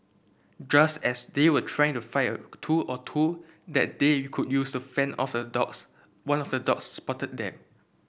just as they were trying to find a tool or two that they could use to fend off the dogs one of the dogs spotted them